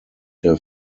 der